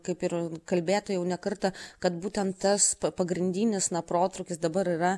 kaip ir kalbėta jau ne kartą kad būtent tas pagrindinis na protrūkis dabar yra